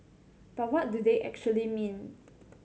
but what do they actually mean